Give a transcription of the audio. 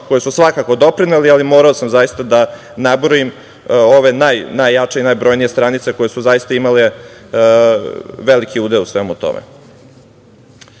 koje su svakako doprineli, ali sam morao zaista da nabrojim ove najjače i najbrojnije stranice koje su zaista imale veliki udeo u svemu tome.Za